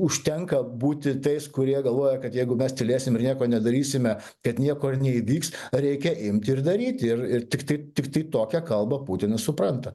užtenka būti tais kurie galvoja kad jeigu mes tylėsim ir nieko nedarysime kad nieko ir neįvyks reikia imti ir daryti ir tiktai tiktai tokią kalbą putinas supranta